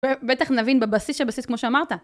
בטח נבין בבסיס של הבסיס כמו שאמרת.